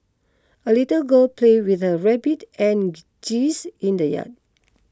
a little girl play with her rabbit and geese in the yard